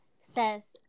says